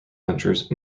ventures